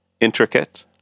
intricate